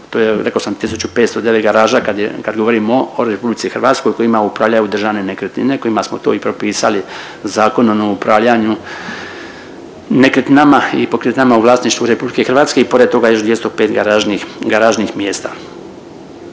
to je rekao sam 1509 garaža kad govorimo o RH kojima upravljaju Državne nekretnine kojima smo to i propisali Zakonom o upravljanju nekretninama i pokretninama u vlasništvu RH i pored toga još 205 garažnih mjesta.